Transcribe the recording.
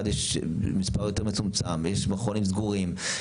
יש מספר יותר מצומצם ויש מכונים סגורים,